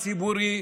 ציבורי.